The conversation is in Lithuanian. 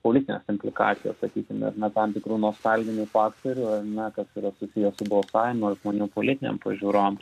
politinės implikacijos sakykim ar ne tam tikrų nostalginių faktorių ar ne kas yra susiję su balsavimu ir žmonių politinėm pažiūrom